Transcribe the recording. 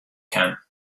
can